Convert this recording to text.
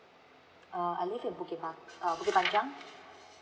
ah I live in bukit pa~ ah bukit panjang